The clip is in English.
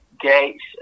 gates